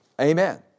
Amen